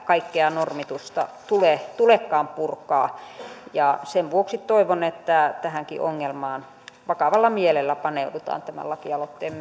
kaikkea normitusta tulekaan purkaa sen vuoksi toivon että tähänkin ongelmaan vakavalla mielellä paneudutaan tämän lakialoitteen